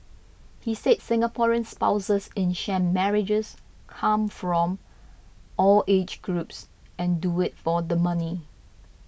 he said Singaporean spouses in sham marriages come from all age groups and do it for the money